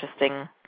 interesting